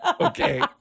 okay